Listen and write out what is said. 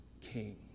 king